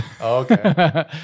okay